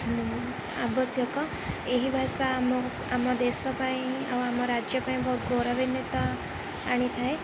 ଆବଶ୍ୟକ ଏହି ଭାଷା ଆମ ଆମ ଦେଶ ପାଇଁ ଆଉ ଆମ ରାଜ୍ୟ ପାଇଁ ବହୁ ଗୌରବାନ୍ୱିତ ଆଣିଥାଏ